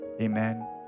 Amen